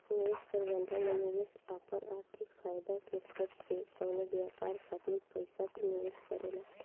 निवेश प्रबंधन में निवेशक आपन आर्थिक फायदा के सोच के कवनो व्यापार खातिर पइसा निवेश करेला